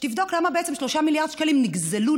שתבדוק למה בעצם 3 מיליארד שקלים נגזלו,